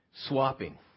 swapping